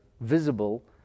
visible